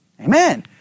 amen